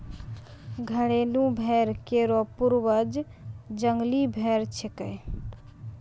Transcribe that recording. घरेलू भेड़ केरो पूर्वज जंगली भेड़ छिकै